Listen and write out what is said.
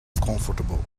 comfortable